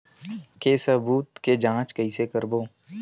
के सबूत के जांच कइसे करबो?